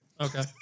Okay